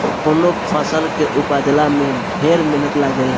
कवनो फसल के उपजला में ढेर मेहनत लागेला